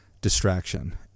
distraction